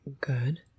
Good